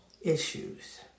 issues